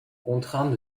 contraint